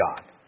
God